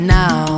now